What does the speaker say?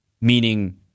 Meaning